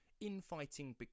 infighting